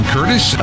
Curtis